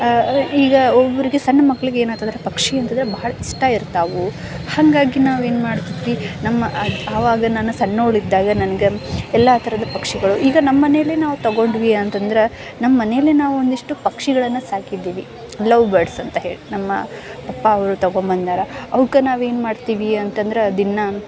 ಈಗ ಒಬ್ಬೊಬ್ಬರಿಗೆ ಸಣ್ಣ ಮಕ್ಕಳಿಗೆ ಏನಾಯ್ತಂದ್ರೆ ಪಕ್ಷಿ ಅಂತಂದ್ರೆ ಬಹಳ ಇಷ್ಟ ಇರ್ತವೆ ಹಾಗಾಗಿ ನಾವೇನು ಮಾಡ್ತಿದ್ವಿ ನಮ್ಮ ಆವಾಗ ನಾನು ಸಣ್ಣವಲ್ಲ ಇದ್ದಾಗ ನನ್ಗೆ ಎಲ್ಲ ಥರದ ಪಕ್ಷಿಗಳು ಈಗ ನಮ್ಮ ಮನೇಲೆ ನಾವು ತಗೊಂಡ್ವಿ ಅಂತಂದ್ರೆ ನಮ್ಮ ಮನೇಲೆ ನಾವು ಒಂದಿಷ್ಟು ಪಕ್ಷಿಗಳನ್ನು ಸಾಕಿದ್ದೀವಿ ಲವ್ ಬರ್ಡ್ಸ್ ಅಂತ ಹೇಳಿ ನಮ್ಮ ಪಪ್ಪ ಅವ್ರು ತಗೊಂಡ್ಬಂದಾರ ಅವಕ್ಕೆ ಮಾಡ್ತೀವಿ ಅಂತಂದ್ರೆ ದಿನ